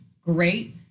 great